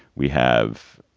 we have